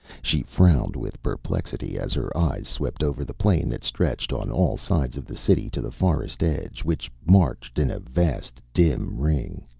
she frowned with perplexity as her eyes swept over the plain that stretched on all sides of the city to the forest edge, which marched in a vast, dim ring.